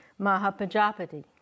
Mahapajapati